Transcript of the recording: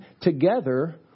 together